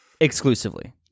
exclusively